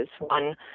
One